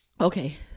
Okay